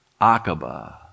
Aqaba